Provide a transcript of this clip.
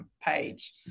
page